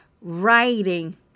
writing